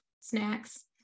snacks